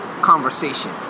conversation